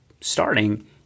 starting